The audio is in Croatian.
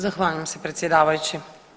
Zahvaljujem se predsjedavajući.